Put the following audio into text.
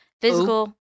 physical